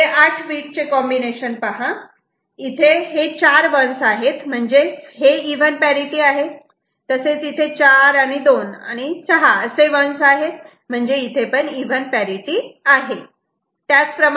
हे 8 बीट चे कॉम्बिनेशन पहा इथे हे चार 1's आहेत म्हणजेच इव्हन पॅरिटि आहे तसेच इथे चार आणि दोन आणि सहा 1's आहेत म्हणजे इथे पण इव्हन पॅरिटि आहे